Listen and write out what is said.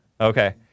Okay